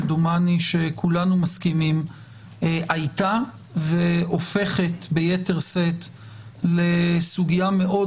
שדומני שכולנו מסכימים הייתה והופכת ביתר שאת לסוגיה מאוד